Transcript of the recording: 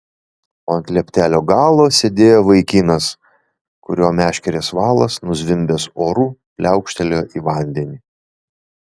o ant lieptelio galo sėdėjo vaikinas kurio meškerės valas nuzvimbęs oru pliaukštelėjo į vandenį